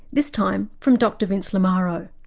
this time from dr vince lamaro.